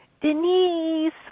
Denise